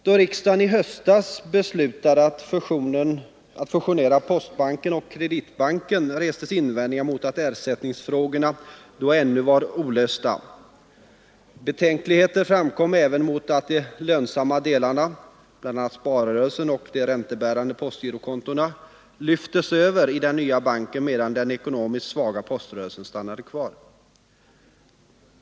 När riksdagen i höstas beslutade att fusionera Postbanken och Kreditbanken restes invändningar mot att ersättningsfrågorna då ännu var olösta. Betänkligheter framkom även mot att de lönsamma delarna — bl.a. sparrörelsen och de räntebärande postgirokontona — lyftes över i den nya banken medan den ekonomiskt svaga poströrelsen stannade kvar.